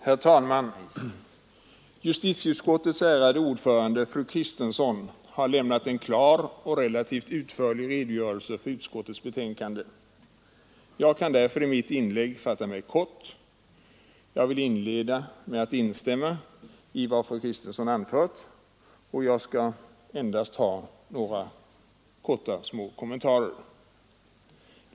Herr talman! Justitieutskottets ärade ordförande, fru Kristensson, har lämnat en klar och relativt utförlig redogörelse för utskottets betänkande. Jag kan därför i mitt inlägg fatta mig kort. Jag vill inleda med att instämma i vad fru Kristensson anförde och skall endast göra några små kommentarer.